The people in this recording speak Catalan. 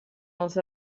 els